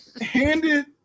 Handed